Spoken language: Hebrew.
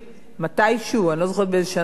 אני לא זוכרת באיזו שנה זה היה, ניצן, אתה זוכר?